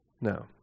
No